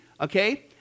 okay